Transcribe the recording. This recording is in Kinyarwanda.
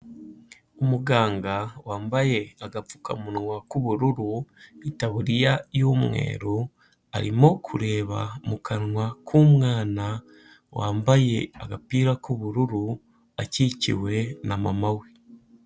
Umuganga wambaye agapfukamunwa k'ubururu, itaburiya y'umweru, arimo kureba mu kanwa k'umwana wambaye agapira k'ubururu akikiwe na mama we.